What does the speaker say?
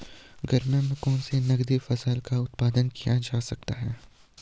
गर्मियों में कौन सी नगदी फसल का उत्पादन किया जा सकता है?